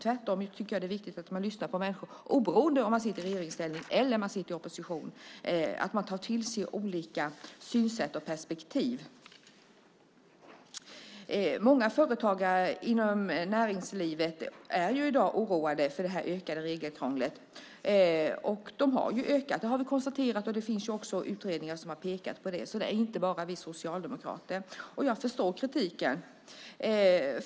Jag tycker tvärtom att det är viktigt att lyssna på människor oberoende av om man sitter i regeringsställning eller i opposition, att man tar till sig olika synsätt och perspektiv. Många företagare är i dag oroade över det ökade regelkrånglet. Det har ju ökat. Det har vi konstaterat, och det finns också utredningar som pekar på det, så det är inte bara vi socialdemokrater. Och jag förstår kritiken.